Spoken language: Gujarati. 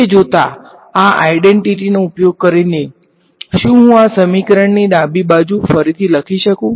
તે જોતા આ આઈડેંટીટી નો ઉપયોગ કરીને શું હું આ સમીકરણની ડાબી બાજુ ફરીથી લખી શકું